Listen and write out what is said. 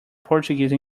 portuguese